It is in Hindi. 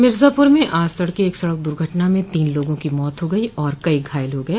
मिर्जापूर मे आज तड़के एक सड़क दुर्घटना मे तीन लोगों की मौत हो गई और कई घायल हो गये